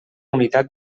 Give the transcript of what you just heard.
unitat